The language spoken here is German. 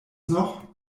noch